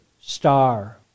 star